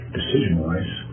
decision-wise